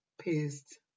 pissed